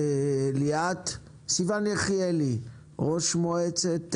סיון יחיאלי, לשעבר ראש מועצת